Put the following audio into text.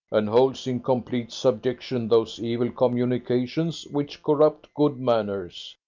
and holds in complete subjection those evil communications which corrupt good manners.